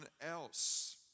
else